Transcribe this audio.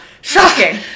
Shocking